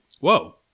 whoa